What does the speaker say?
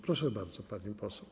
Proszę bardzo, pani poseł.